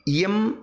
इयम्